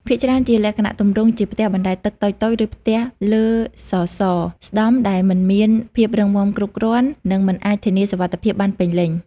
ភាគច្រើនជាលក្ខណៈទម្រង់ជាផ្ទះបណ្តែតទឹកតូចៗ ឬផ្ទះលើសសរស្ដម្ភដែលមិនមានភាពរឹងមាំគ្រប់គ្រាន់ និងមិនអាចធានាសុវត្ថិភាពបានពេញលេញ។